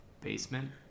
basement